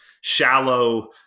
shallow